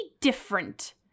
different